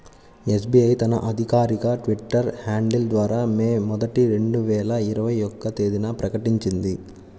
SBI తన అధికారిక Twitter handle ద్వారా మే మొదటి, రెండు వేల ఇరవై ఒక్క తేదీన ప్రకటించింది